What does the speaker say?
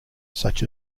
such